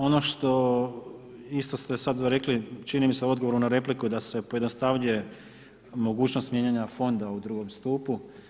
Ono što isto ste sada rekli, čini mi se u odgovoru na repliku da se pojednostavljuje mogućnost mijenjanja fonda u drugom stupu.